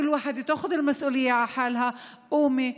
כל אחת צריכה לקחת אחריות על עצמה: קומי,